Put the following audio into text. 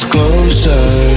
Closer